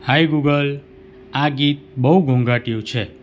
high Google આ ગીત બહુ ઘોંઘાટિયું છે